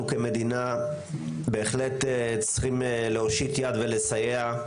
כמדינה בהחלט צריכים להושיט יד ולסייע.